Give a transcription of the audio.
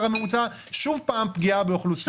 הממוצע ואתה שוב פעם רואה פגיעה באוכלוסייה החלשה.